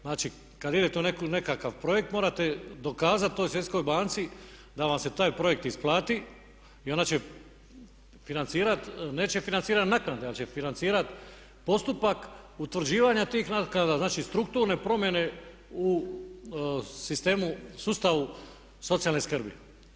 Znači kad idete u nekakav projekt morate dokazati toj Svjetskoj banci da vam se taj projekt isplati i onda će financirat, neće financirat naknada ali će financirat postupak utvrđivanja tih naknada, znači strukturne promjene u sistemu, sustavu socijalne skrbi.